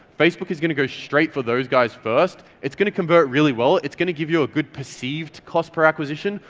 facebook is going to go straight for those guys first, it's going to convert really well, it's going to give you a good perceived cost per acquisition,